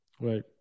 Right